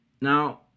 Now